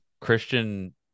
Christian